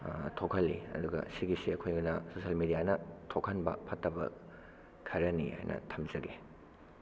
ꯊꯣꯛꯍꯟꯂꯤ ꯑꯗꯨꯒ ꯁꯤꯒꯤꯁꯦ ꯑꯩꯈꯣꯏꯅ ꯁꯣꯁꯤꯌꯦꯜ ꯃꯦꯗꯤꯌꯥꯅ ꯊꯣꯛꯍꯟꯕ ꯐꯠꯇꯕ ꯈꯔꯅꯤ ꯍꯥꯏꯅ ꯊꯝꯖꯒꯦ